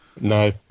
No